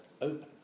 open